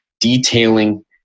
detailing